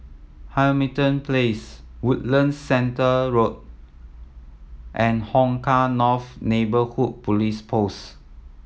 Hamilton Place Woodlands Center Road and Hong Kah North Neighbourhood Police Post